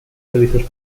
servicios